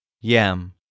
Yam